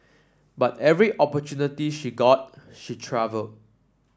but every opportunity she got she travelled